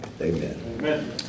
Amen